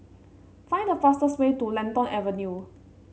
find the fastest way to Lentor Avenue